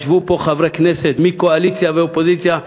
ישבו פה חברי כנסת מקואליציה ואופוזיציה,